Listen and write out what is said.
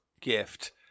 gift